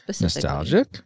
Nostalgic